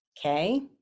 okay